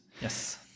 Yes